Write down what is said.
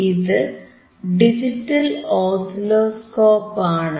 ഇത് digital oscilloscope ആണ്